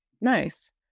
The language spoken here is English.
Nice